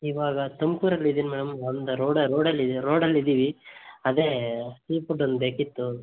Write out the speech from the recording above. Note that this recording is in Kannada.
ಈವಾಗ ತುಮಕೂರಲ್ಲಿ ಇದ್ದೀನಿ ಮ್ಯಾಮ್ ಒಂದು ರೋಡ ರೋಡಲ್ಲಿ ರೋಡಲ್ಲಿದ್ದೀವಿ ಅದೇ ಸೀಫುಡ್ ಒಂದು ಬೇಕಿತ್ತು